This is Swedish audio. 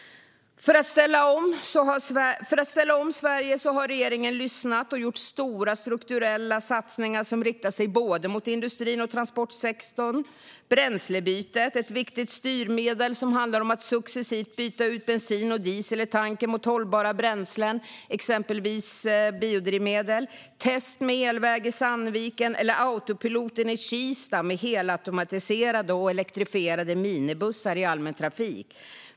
För att ställa om Sverige har regeringen lyssnat och gjort stora strukturella satsningar som riktar sig både mot industrin och mot transportsektorn. Bränslebytet är ett viktigt styrmedel som handlar om att successivt byta ut bensin och diesel i tanken mot hållbara bränslen, exempelvis biodrivmedel. Jag kan även peka på testet med elväg i Sandviken eller Autopiloten i Kista, med helautomatiserade och elektrifierade minibussar i allmän trafik.